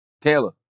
Taylor